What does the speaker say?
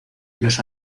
los